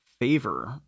Favor